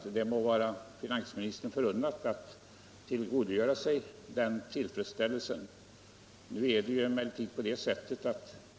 Om finansministern känner sig tillfredsställd med det må det vara honom väl unnat.